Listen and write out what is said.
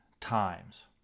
times